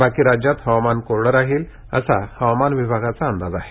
बाकी राज्यात हवामान कोरडं राहील असा हवामान विभागाचा अंदाज आहे